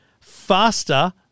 faster